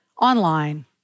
online